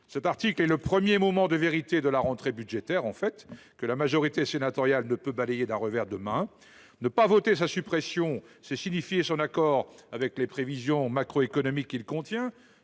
Cet article est en fait le premier moment de vérité de la rentrée budgétaire, que la majorité sénatoriale ne peut balayer d’un revers de main. Ne pas voter sa suppression, c’est signifier son accord avec les prévisions macroéconomiques qu’il contient.